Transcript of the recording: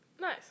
Nice